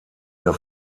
der